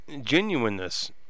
genuineness